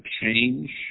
change